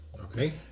Okay